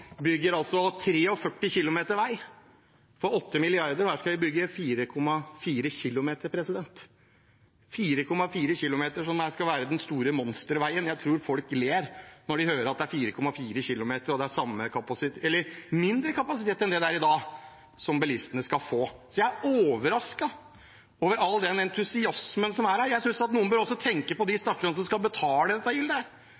altså bygger 43 km vei for 8 mrd. kr. Og her skal vi bygge 4,4 km – som skal være den store monsterveien. Jeg tror folk ler når de hører at det er 4,4 km, og at bilistene skal få mindre kapasitet enn det de har i dag. Så jeg er overrasket over all den entusiasmen som er her. Jeg synes at noen også bør tenke på de